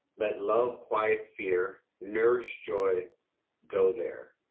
let love quiet fear, nourished joy go there,